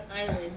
island